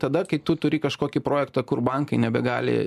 tada kai tu turi kažkokį projektą kur bankai nebegali